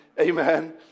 amen